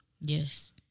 Yes